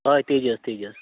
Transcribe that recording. हय तेजस तेजस